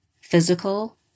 physical